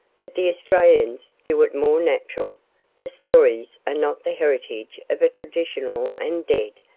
but the australians do it more natural the stories are not the heritage of a traditional and dead,